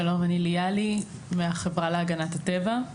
שלום, אני ליאלי מהחברה להגנת הטבע.